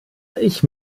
ich